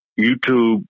YouTube